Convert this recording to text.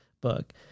book